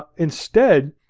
ah instead,